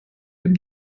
dem